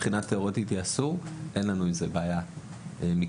מבחינה תיאורטית אין לנו עם זה בעיה מקצועית,